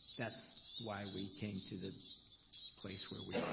that's why we came to the place where we are.